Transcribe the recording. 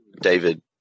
David